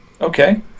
Okay